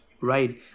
right